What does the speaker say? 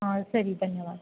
ಹಾಂ ಸರಿ ಧನ್ಯವಾದ